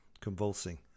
convulsing